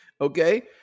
Okay